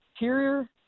interior